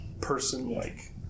person-like